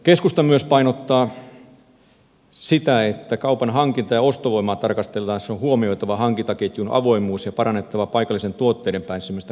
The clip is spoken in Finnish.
keskusta myös painottaa sitä että kaupan hankinta ja ostovoimaa tarkasteltaessa on huomioitava hankintaketjun avoimuus ja parannettava paikallisten tuotteiden pääsemistä kaupan jakeluun